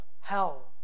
hell